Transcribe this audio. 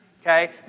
Okay